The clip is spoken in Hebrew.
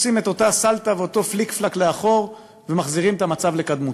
עושים את אותה סלטה ואת אותו פליק-פלאק לאחור ומחזירים את המצב לקדמותו.